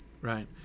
right